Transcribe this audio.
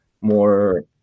more